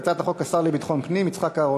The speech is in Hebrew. הצעת חוק הרשויות המקומיות עברה,